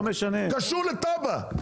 קשור לתב"ע.